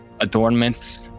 adornments